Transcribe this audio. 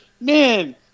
Man